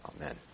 Amen